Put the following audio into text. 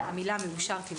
המילה "מאושר" - תימחק.